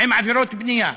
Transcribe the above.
עם עבירות בנייה,